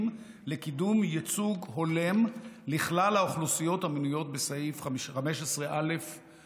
לקידום ייצוג הולם לכלל האוכלוסיות המנויות בסעיף 15א(א)